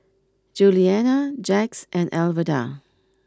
Julianna Jax and Alverda